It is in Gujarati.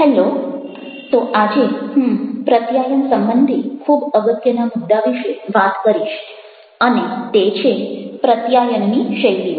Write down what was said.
હેલ્લો તો આજે હું પ્રત્યાયન સંબંધી ખૂબ અગત્યના મુદ્દા વિશે વાત કરીશ અને તે છે પ્રત્યાયનની શૈલીઓ